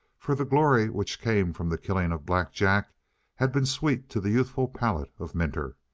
for the glory which came from the killing of black jack had been sweet to the youthful palate of minter,